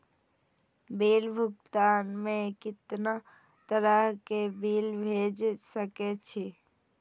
Bill भुगतान में कितना तरह के बिल भेज सके छी?